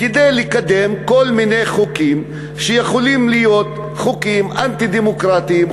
כדי לקדם כל מיני חוקים שיכולים להיות חוקים אנטי-דמוקרטיים,